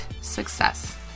success